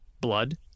blood